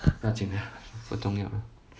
不要紧啦不重要啦